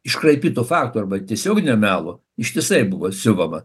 iškraipytų faktų arba tiesioginio melo ištisai buvo siuvama